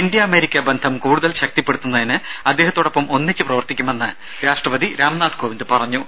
India America ബന്ധം കൂടുതൽ ശക്തിപ്പെടുത്തുന്നതിന് അദ്ദേഹത്തോടൊപ്പം ഒന്നിച്ച് പ്രവർത്തിക്കുമെന്ന് രാഷ്ട്രപതി രാംനാഥ് കോവിന്ദ് പറഞ്ഞു